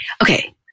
Okay